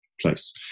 place